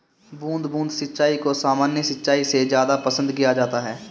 बूंद बूंद सिंचाई को सामान्य सिंचाई से ज़्यादा पसंद किया जाता है